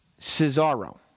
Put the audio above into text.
Cesaro